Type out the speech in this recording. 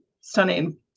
stunning